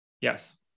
Yes